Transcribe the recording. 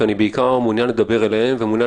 כי אני בעיקר מעוניין לדבר אליהם ומעוניין